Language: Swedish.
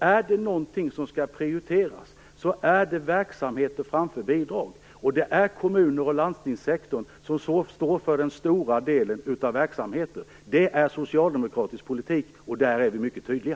Är det någonting som skall prioriteras, är det verksamheter framför bidrag, och det är kommun och landstingssektorn som står för den stora delen av verksamheten. Detta är socialdemokratisk politik, och på denna punkt är vi mycket tydliga.